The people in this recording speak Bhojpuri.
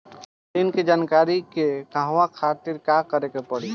ऋण की जानकारी के कहवा खातिर का करे के पड़ी?